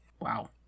wow